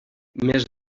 més